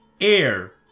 air